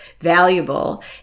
valuable